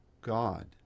God